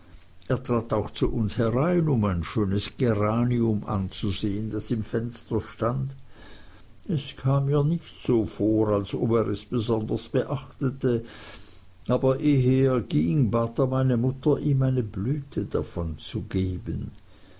er trat auch zu uns herein um ein schönes geranium anzusehen das im fenster stand es kam mir nicht so vor als ob er es besonders beachtete aber ehe er ging bat er meine mutter ihm eine blüte davon zu geben